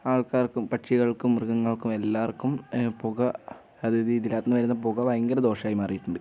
ആൾക്കാർക്കും പക്ഷികൾക്കും മൃഗങ്ങൾക്കും എല്ലാവർക്കും പുക അതായത് ഇതിനകത്ത് നിന്ന് വരുന്ന പുക ഭയങ്കര ദോഷമായി മാറിയിട്ടുണ്ട്